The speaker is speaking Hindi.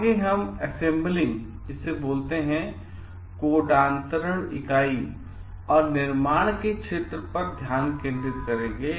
आगे अब हम assembling और निर्माण के क्षेत्र पर ध्यान केंद्रित करेंगे